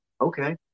Okay